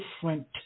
different